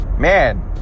Man